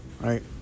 right